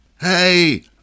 Hey